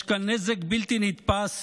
יש כאן נזק בלתי נתפס,